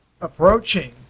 approaching